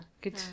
good